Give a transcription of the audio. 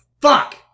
Fuck